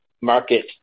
market